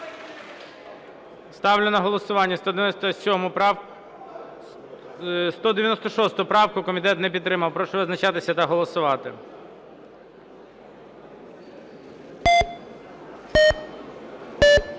Ставлю на голосування 227 правку. Комітетом не підтримана. Прошу визначатися та голосувати.